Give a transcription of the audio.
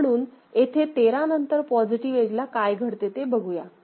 म्हणून येथे 13 नंतर पॉझिटिव्ह एजला काय घडते ते बघूया